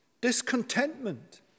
Discontentment